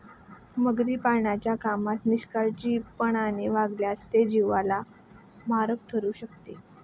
मगरी पाळण्याच्या कामात निष्काळजीपणाने वागल्यास ते जीवाला मारक ठरू शकते